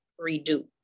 redo